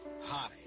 Hi